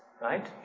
right